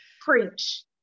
preach